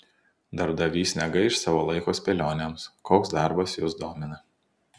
darbdavys negaiš savo laiko spėlionėms koks darbas jus domina